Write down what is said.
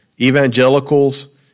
evangelicals